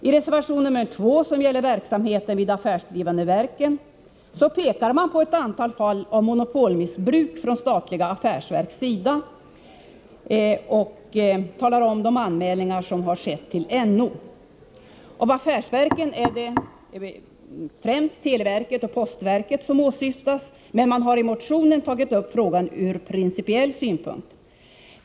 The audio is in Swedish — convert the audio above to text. I reservation 2, som gäller verksamheten vid de affärsdrivande verken, pekar man på ett antal fall av monopolmissbruk från statliga affärsverks sida och nämner de anmälningar som ingivits till NO. Av affärsverken är det främst televerket och postverket som åsyftas, men man har i motionen tagit upp frågan ur principiell synpunkt.